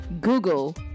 google